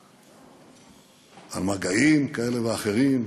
על מגעים כאלה ואחרים,